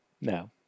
No